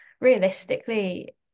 realistically